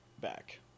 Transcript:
back